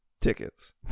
tickets